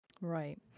Right